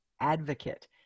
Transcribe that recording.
advocate